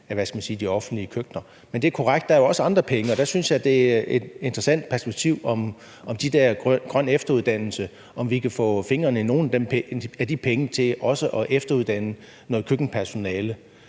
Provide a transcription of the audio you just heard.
af de offentlige køkkener nævnt. Men det er korrekt, at der også er andre penge, og der synes jeg, der er et interessant perspektiv i, om vi kan få fingrene i nogle af de penge til grøn efteruddannelse til også at efteruddanne noget køkkenpersonale.